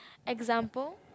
example